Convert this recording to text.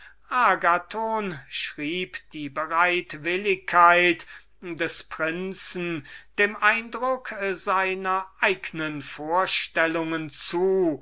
disposition die er bei ihm fand dem eindruck seiner eignen vorstellungen zu